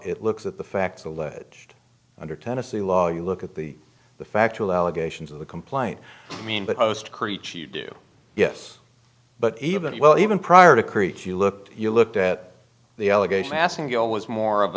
it looks at the facts alleged under tennessee law you look at the the factual allegations of the complaint i mean but post creech you do yes but even well even prior to creech you looked you looked at the allegation asking you know was more of